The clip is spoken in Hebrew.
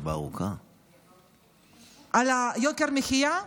על יוקר המחיה?